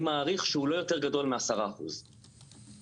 אני מעריך שהוא לא יותר גדול מ-10 אחוזים מהשוק.